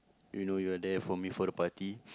you know you are there for me for the party